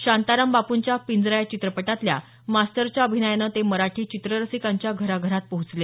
शांताराम बापूंच्या पिंजरा या चित्रपटातल्या मास्तरच्या अभिनयानं ते मराठी चित्ररसिकांच्या घराघरात पोहोचले